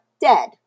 dead